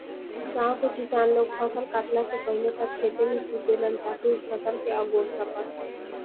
गाँव के किसान लोग फसल काटला से पहिले तक खेते में सुतेलन ताकि उ फसल के अगोर सकस